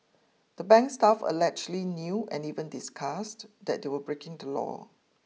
the bank's staff allegedly knew and even discussed that they were breaking the law